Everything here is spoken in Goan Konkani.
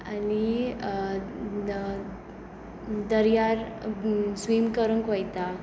आनी दर्यार स्वीम करूंक वयता